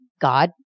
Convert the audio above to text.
God